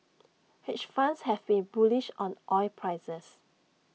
hedge funds have been bullish on oil prices